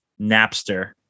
Napster